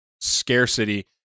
scarcity